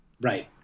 Right